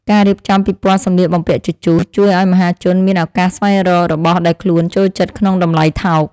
ការរៀបចំពិព័រណ៍សម្លៀកបំពាក់ជជុះ ជួយឱ្យមហាជនមានឱកាសស្វែងរករបស់ដែលខ្លួនចូលចិត្តក្នុងតម្លៃថោក។